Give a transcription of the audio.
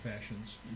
fashions